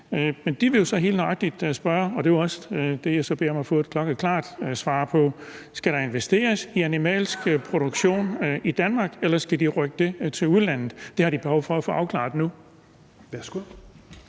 Men de vil jo så helt nøjagtig spørge – og det er også det, jeg så beder om at få et klokkeklart svar på: Skal der investeres i animalsk produktion i Danmark, eller skal de rykke det til udlandet? Det har de behov for at få afklaret nu. Kl.